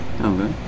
Okay